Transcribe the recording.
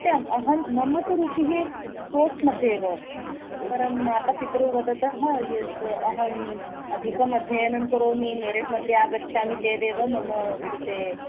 सत्यम् अहं मम तु रुचिः स्पोर्ट्स् मध्ये एव अस्ति परं मातापितरौ वदतः यत् अहम् अधिकम् अध्ययनं करोमि मेरिट् मध्ये आगच्छामि चेदेव मम कृते